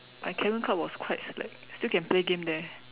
my cabin club was quite slack still can play game there